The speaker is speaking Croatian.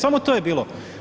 Samo to je bilo.